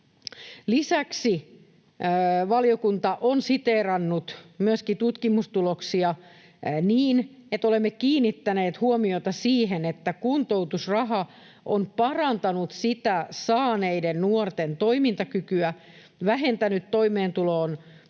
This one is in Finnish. Lisäksi valiokunta on siteerannut myöskin tutkimustuloksia, niin että olemme kiinnittäneet huomiota siihen, että kuntoutusraha on parantanut sitä saaneiden nuorten toimintakykyä, vähentänyt toimeentuloon liittyviä